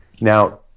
Now